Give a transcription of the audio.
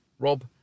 Rob